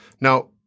Now